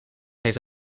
heeft